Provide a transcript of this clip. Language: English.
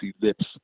lips